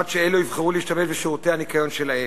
כדי שאלה יבחרו להשתמש בשירותי הניכיון שלהם.